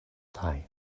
die